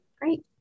Great